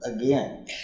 again